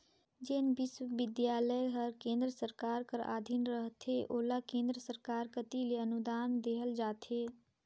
जेन बिस्वबिद्यालय हर केन्द्र सरकार कर अधीन रहथे ओला केन्द्र सरकार कती ले अनुदान देहल जाथे